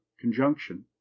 conjunction